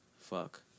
Fuck